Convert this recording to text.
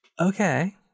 Okay